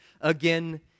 again